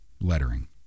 lettering